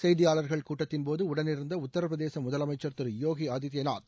செய்தியாளர்கள் கூட்டத்தின்போது உடனிருந்த உத்தரபிரதேச முதலமைச்சர் திரு யோகி ஆதித்யநாத்